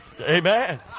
Amen